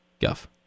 Guff